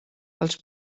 els